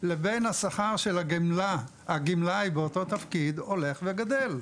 לבין השכר של הגמלאי באותו התפקיד הולך וגדל.